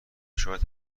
شاید